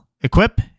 Equip